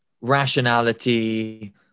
rationality